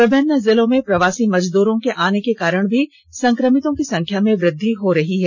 विभिन्न जिलों में प्रवासी मजदूरों के आने के कारण भी संक्रमितों की संख्या में वुद्धि हो रही है